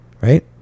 Right